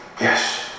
Yes